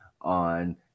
on